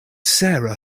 sara